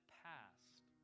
past